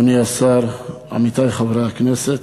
אדוני השר, עמיתי חברי הכנסת,